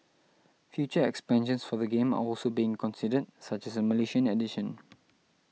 future expansions for the game are also being considered such as a Malaysian edition